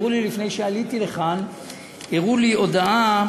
לפני שעליתי לכאן הראו לי הודעה